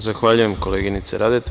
Zahvaljujem, koleginice Radeta.